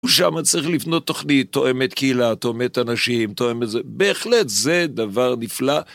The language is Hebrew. ושמה צריך לבנות תוכנית, תואמת קהילה, תואמת אנשים, תואמת זה. בהחלט, זה דבר נפלא.